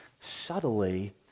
subtly